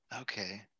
Okay